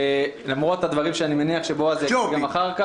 למרות הדברים שאני מניח שבועז טופורובסקי יגיד אחר כך.